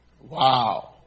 Wow